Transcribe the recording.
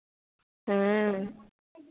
हाँ